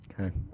okay